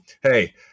hey